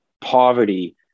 poverty